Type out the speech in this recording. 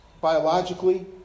biologically